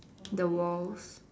the walls